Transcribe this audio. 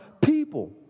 people